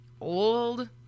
old